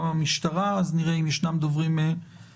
המשטרה ואז נראה אם יש דוברים נוספים.